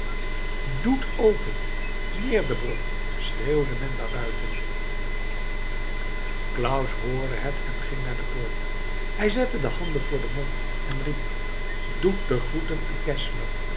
doet open neer de brug schreeuwde men daar buiten claus hoorde het en ging naar de poort hij zette de handen voor den mond en riep doet de groeten aan geszler